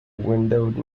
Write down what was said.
windowed